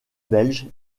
belge